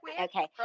Okay